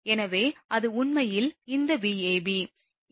எனவே அது உண்மையில் இந்த Vab